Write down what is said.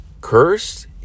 cursed